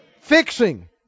fixing